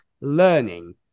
learning